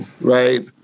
right